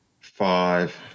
five